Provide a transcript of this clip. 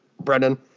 Brendan